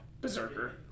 Berserker